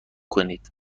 کنید